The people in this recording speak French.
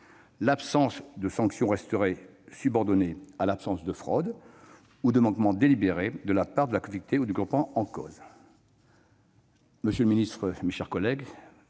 L'absence de sanction resterait subordonnée à l'absence de fraude ou de manquement délibéré de la part de la collectivité ou du groupement en cause. Monsieur le secrétaire d'État, mes chers collègues,